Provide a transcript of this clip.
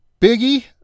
Biggie